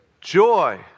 joy